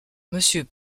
monsieur